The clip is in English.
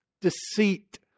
deceit